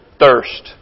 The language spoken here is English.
thirst